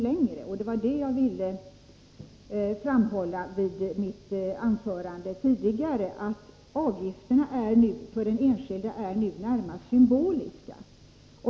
I mitt tidigare anförande ville jag framhålla att avgifterna för den enskilde nu är närmast symboliska.